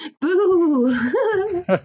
Boo